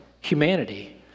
humanity